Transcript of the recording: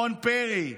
רון פרי,